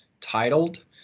titled